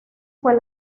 fue